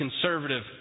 conservative